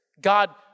God